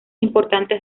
importantes